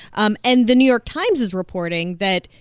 um and the new york times is reporting that,